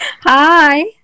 Hi